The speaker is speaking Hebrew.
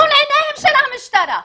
מול עיניה של המשטרה.